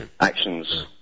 actions